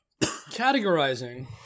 Categorizing